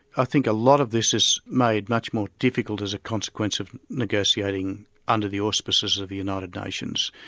i think a lot of this is made much more difficult as a consequence of negotiating under the auspices of the united nations.